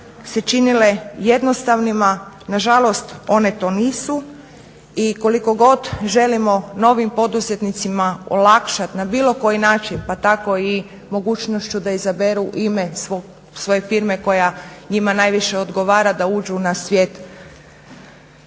se činile jednostavnima na žalost one to nisu i koliko god želimo novim poduzetnicima olakšati na bilo koji način, pa tako i mogućnošću da izaberu ime svoje firme koja njima najviše odgovara da uđu u svijet